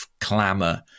clamour